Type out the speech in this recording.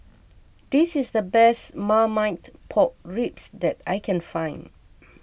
this is the best Marmite Pork Ribs that I can find